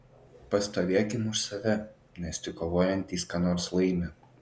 pastovėkim už save nes tik kovojantys ką nors laimi